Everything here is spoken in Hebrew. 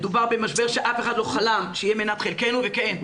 מדובר במשבר שאף אחד לא חלם שיהיה מנת חלקנו וכן,